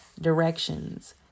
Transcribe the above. directions